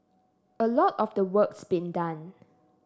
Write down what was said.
a lot of the work's been done